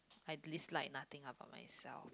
I dislike nothing about myself